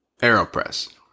Aeropress